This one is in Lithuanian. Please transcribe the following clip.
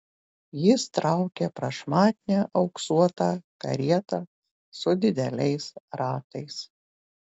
jis traukė prašmatnią auksuotą karietą su dideliais ratais